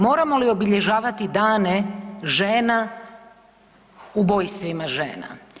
Moramo li obilježavati dane žena ubojstvima žena?